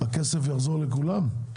הכסף יחזור לכולם?